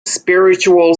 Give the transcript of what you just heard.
spiritual